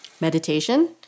Meditation